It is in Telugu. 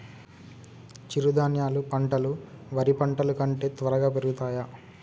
చిరుధాన్యాలు పంటలు వరి పంటలు కంటే త్వరగా పెరుగుతయా?